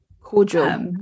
Cordial